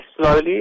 slowly